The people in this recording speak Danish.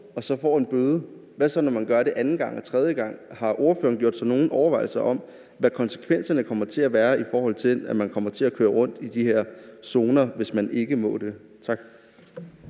og får en bøde? Og hvad så, når man gør det anden gang eller tredje gang? Har ordføreren gjort sig nogen overvejelser om, hvad konsekvenserne kommer til at være, i forhold til at man kommer til at køre rundt i de her zoner, altså hvis man overtræder